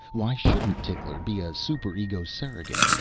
why shouldn't tickler be a super-ego surrogate?